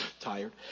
tired